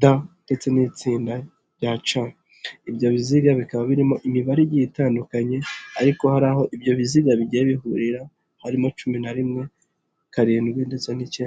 D ndetse n'itsinda C, ibyo biziga bikaba birimo imibare igiye itandukanye ariko hari aho ibyo biziga bigiye bihurira harimo cumi na rimwe, karindwi ndetse n'icyenda.